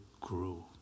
grew